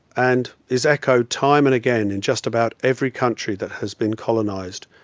and is echoed time and again in just about every country that has been colonized,